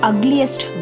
Ugliest